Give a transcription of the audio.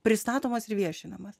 pristatomas ir viešinamas